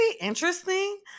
interesting